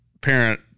parent-